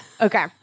Okay